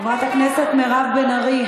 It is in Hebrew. חברת הכנסת מירב בן ארי,